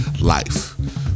Life